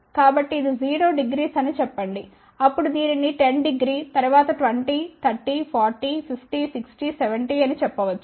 కాబట్టి ఇది 00అని చెప్పండి అప్పుడు దీనిని 100 తరువాత 20 30 40 50 60 70 అని చెప్పవచ్చు